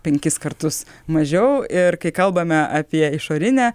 penkis kartus mažiau ir kai kalbame apie išorinę